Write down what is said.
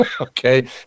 okay